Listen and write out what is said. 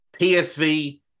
PSV